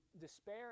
despair